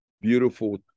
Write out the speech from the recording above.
beautiful